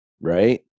Right